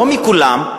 לא מכולם,